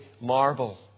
marble